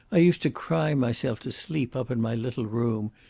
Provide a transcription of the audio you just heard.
i used to cry myself to sleep up in my little room,